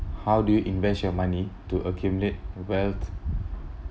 how do you invest your money to accumulate wealth